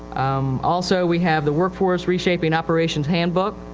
um, also we have the workforce reshaping operations handbook.